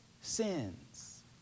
sins